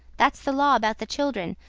that's the law about the children.